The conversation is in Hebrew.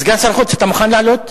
סגן שר החוץ, אתה מוכן לעלות?